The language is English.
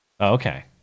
okay